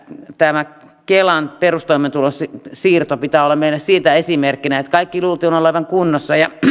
tämä kelan perustoimeentulotuen siirron pitää olla meillä siitä esimerkkinä että kaiken luultiin olevan kunnossa